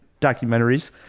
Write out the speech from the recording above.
documentaries